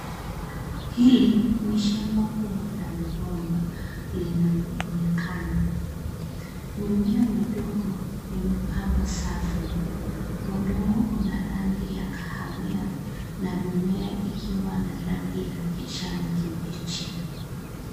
Hili ni shamba kubwa la migomba linaloonekana. Mimea midogo imepandwa safu. Udongo una rangi ya kahawia na mimea ikiwa na rangi ya kijani kibichi.